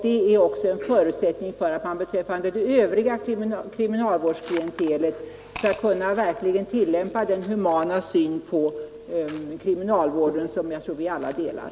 Det är också en förutsättning för att man beträffande det övriga kriminalvårdsklientelet verkligen skall kunna tillämpa den humana syn på kriminalvården som jag tror vi alla delar